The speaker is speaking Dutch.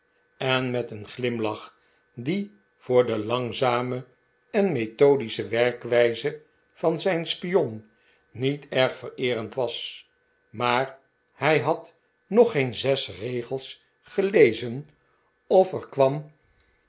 en met een glimlach die voor de lang zame en methodische werkwijze van zijn spion niet erg vereerend was maar hij had nog geen zes regels gelezen of er kwam